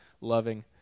loving